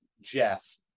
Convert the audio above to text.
Jeff